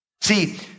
See